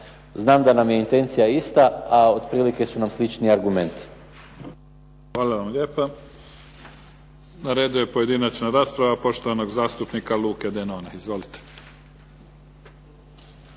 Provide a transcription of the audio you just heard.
znam da nam je intencija ista, a otprilike su nam slični i argumenti. **Mimica, Neven (SDP)** Hvala vam lijepa. Na redu je pojedinačna rasprava poštovanog zastupnika Luke Denone. Izvolite.